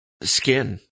skin